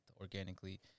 organically